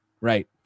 right